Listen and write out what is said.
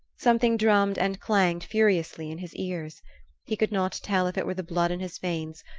something drummed and clanged furiously in his ears he could not tell if it were the blood in his veins,